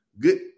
good